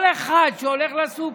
כל אחד שהולך לסופר,